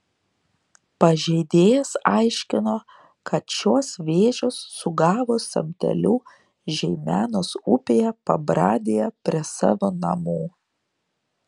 pažeidėjas aiškino kad šiuos vėžius sugavo samteliu žeimenos upėje pabradėje prie savo namų